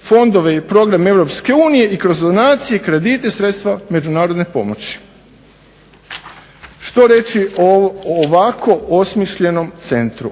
fondove i program Europske unije i kroz donacije, kredite, sredstva međunarodne pomoći. Što reći o ovako osmišljenom centru?